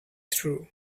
through